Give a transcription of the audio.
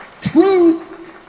Truth